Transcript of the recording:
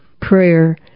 Prayer